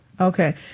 Okay